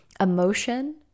emotion